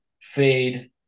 Fade